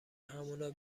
همونو